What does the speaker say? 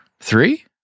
Three